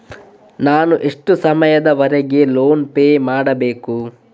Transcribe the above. ನಾನು ಎಷ್ಟು ಸಮಯದವರೆಗೆ ಲೋನ್ ಪೇ ಮಾಡಬೇಕು?